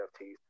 NFTs